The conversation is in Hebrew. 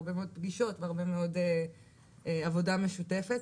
והרבה מאוד פגישות והרבה מאוד עבודה משותפת